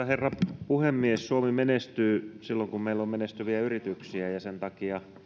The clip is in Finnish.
herra puhemies suomi menestyy silloin kun meillä on menestyviä yrityksiä ja ja sen takia